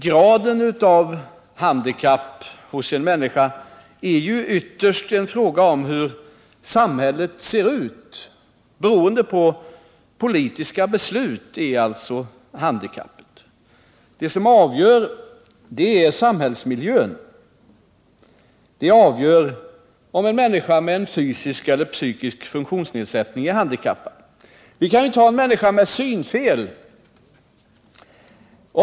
Graden av handikapp hos en människa är ju, herr talman, ytterst en fråga om hur samhället ser ut, alltså beroende på politiska beslut. Det som avgör om en människa med psykisk eller fysisk funktionsnedsättning är handikappad är samhällsmiljön. Ta en människa med synfel som exempel.